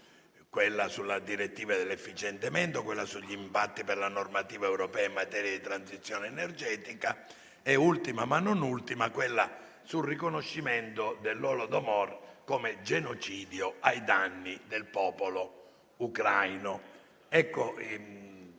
quella sulla direttiva UE sull'efficientamento energetico degli edifici, quella sugli impatti della normativa europea in materia di transizione energetica e ultima, ma non ultima, quella sul riconoscimento dell'Holodomor come genocidio ai danni del popolo ucraino. Queste